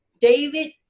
David